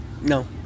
No